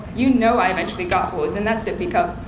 you know i eventually got what was in that sippy cup.